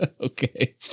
Okay